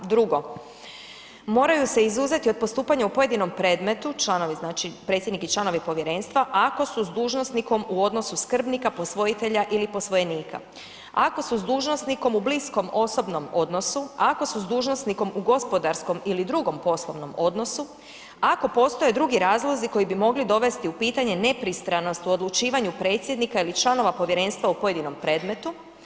2. Moraju se izuzeti od postupanja u pojedinom predmetu, predsjednik i članovi povjerenstva, ako su s dužnosnikom u odnosu skrbnika, posvojitelja ili posvojenika, ako su s dužnosnikom u bliskom osobnom odnosu, ako su s dužnosnikom u gospodarskom ili drugom poslovnom odnosu, ako postoje drugi razlozi koji bi mogli dovesti u pitanje nepristranost u odlučivanju predsjednika ili članova povjerenstva u pojedinom predmetu.